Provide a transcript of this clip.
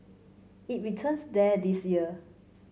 it returns there this year